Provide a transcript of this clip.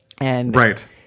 Right